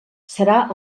serà